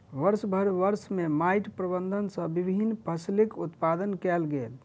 वर्षभरि वर्ष में माइट प्रबंधन सॅ विभिन्न फसिलक उत्पादन कयल गेल